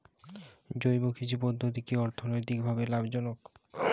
জৈব কৃষি পদ্ধতি কি অর্থনৈতিকভাবে লাভজনক?